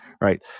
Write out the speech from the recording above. right